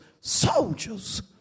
soldiers